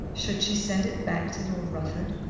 should she send it back to lord rufford,